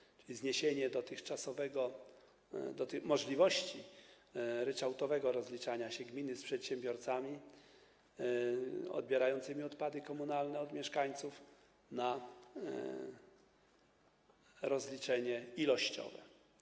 Czyli chodzi tu o zniesienie dotychczasowej możliwości ryczałtowego rozliczania się gminy z przedsiębiorcami odbierającymi odpady komunalne od mieszkańców i zmianę na rozliczenie ilościowe.